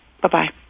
Bye-bye